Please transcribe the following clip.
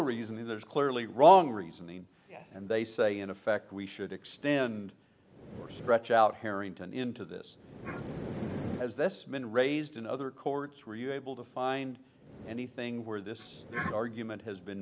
reason there's clearly wrong reasoning and they say in effect we should extend stretch out here into this has this been raised in other courts were you able to find anything where this argument has been